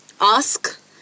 ask